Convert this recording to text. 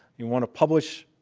you want to publish,